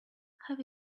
have